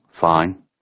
fine